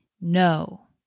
no